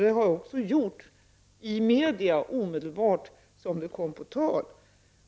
Det har jag också gjort i media omedelbart som detta kom på tal.